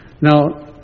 Now